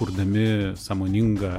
kurdami sąmoningą